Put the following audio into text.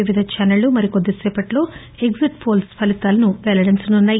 వివిధ ఛానళ్ళు మరి కొద్ది సేపట్లో ఎగ్షిట్ పోల్స్ ఫలితాలను వెల్లడించనున్నాయి